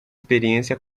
experiência